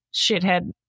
shithead